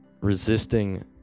resisting